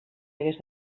hagués